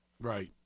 Right